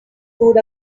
food